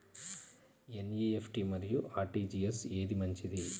NEFT మరియు RTGS ఏది మంచిది?